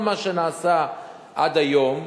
כל מה שנעשה עד היום